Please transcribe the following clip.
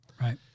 Right